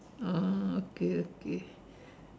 oh okay okay